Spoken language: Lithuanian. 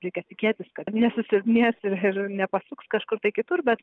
reikia tikėtis kad nesusilpnės ir nepasuks kažkur kitur bet